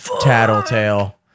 tattletale